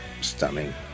stunning